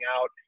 out